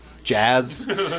jazz